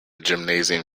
gymnasium